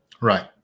Right